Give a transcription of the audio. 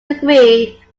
agree